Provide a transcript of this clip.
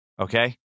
Okay